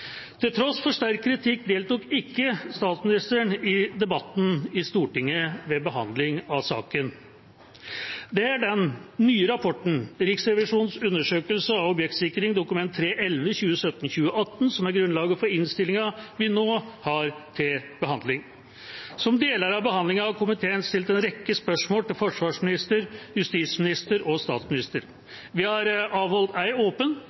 Til tross for sterk kritikk deltok ikke statsministeren i debatten i Stortinget ved behandlingen av saken. Det er den nye rapporten, Riksrevisjonens undersøkelse av oppfølging av objektsikring, Dokument 3:11 for 2017–2018, som er grunnlaget for innstillinga vi nå har til behandling. Som del av behandlingen har komiteen stilt en rekke spørsmål til forsvarsminister, justisminister og statsminister. Vi har avholdt en åpen